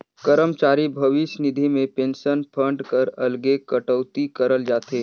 करमचारी भविस निधि में पेंसन फंड कर अलगे कटउती करल जाथे